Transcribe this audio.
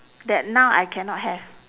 that now I cannot have